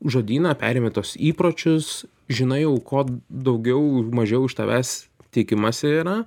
žodyną perimi tuos įpročius žinai jau ko daugiau mažiau iš tavęs tikimasi yra